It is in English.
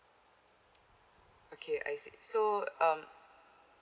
okay I see so um